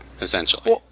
essentially